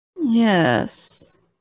Yes